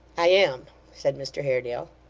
i am said mr haredale.